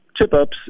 tip-ups